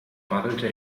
radelte